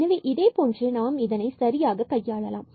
எனவே இதே போன்று நாம் இதனை சரியாக கையாளலாம்